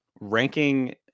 ranking